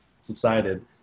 subsided